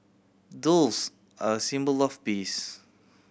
doves are symbol of peace